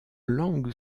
langue